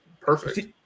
perfect